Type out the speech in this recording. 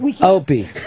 Opie